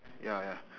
ya ya